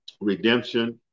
redemption